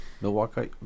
Milwaukee